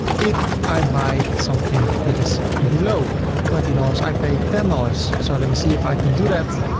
if i buy something that is below twenty dollars, i pay ten dollars. so let me see if i can do that.